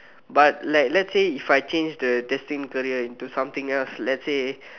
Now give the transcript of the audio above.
but like let's say if I change the destined career into something else let's say